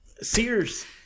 Sears